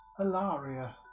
Alaria